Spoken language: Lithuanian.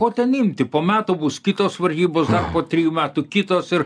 ko imti po metų bus kitos varžybos dar po trijų metų kitos ir